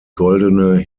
goldene